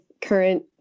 current